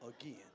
again